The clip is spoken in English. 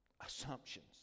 assumptions